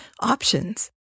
options